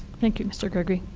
thank you, mr. gregory.